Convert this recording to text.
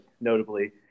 notably